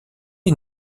est